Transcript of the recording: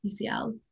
UCL